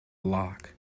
lock